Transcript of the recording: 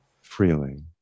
freely